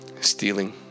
stealing